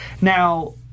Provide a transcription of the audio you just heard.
Now